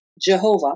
Jehovah